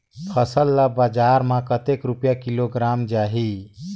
फसल ला बजार मां कतेक रुपिया किलोग्राम जाही?